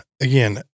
again